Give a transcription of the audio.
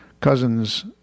cousins